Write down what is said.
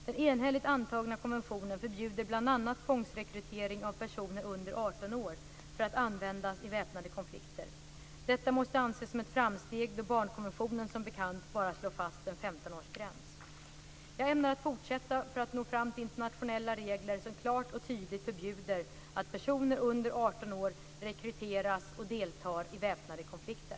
Den enhälligt antagna konventionen förbjuder bl.a. tvångsrekrytering av personer under 18 år för att användas i väpnade konflikter. Detta måste anses som ett framsteg då barnkonventionen, som bekant, bara slår fast en 15-årsgräns. Jag ämnar fortsätta att arbeta för att nå fram till internationella regler som klart och tydligt förbjuder att personer under 18 år rekryteras och deltar i väpnade konflikter.